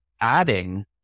adding